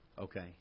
Okay